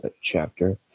chapter